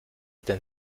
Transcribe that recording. denn